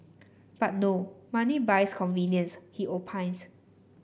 but money buys convenience he opines